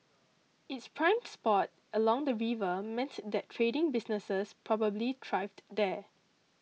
it's prime spot along the river meant that trading businesses probably thrived there